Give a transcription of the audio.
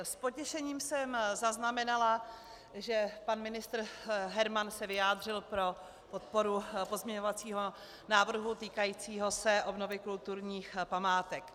S potěšením jsem zaznamenala, že pan ministr Herman se vyjádřil pro podporu pozměňovacího návrhu týkajícího se obnovy kulturních památek.